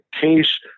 case